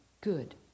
good